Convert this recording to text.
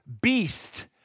beast